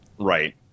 Right